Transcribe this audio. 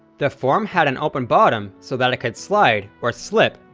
the form had an open bottom so that it could slide, or slip,